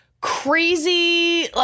crazy